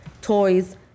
toys